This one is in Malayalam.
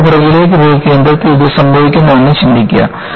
വെറുതെ പുറകിലേക്ക് പോയി കേന്ദ്രത്തിൽ ഇത് സംഭവിക്കുന്നുവെന്ന് ചിന്തിക്കുക